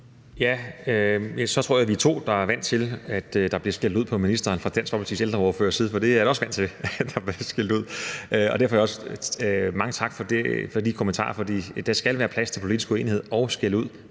Så tror jeg, at vi er to, der er vant til, at der bliver skældt ud på ministeren fra Dansk Folkepartis ældreordførers side, for det er jeg også vant til, nemlig at der bliver skældt ud. Derfor siger jeg også mange tak for de kommentarer, for der skal være plads til politisk uenighed og skældud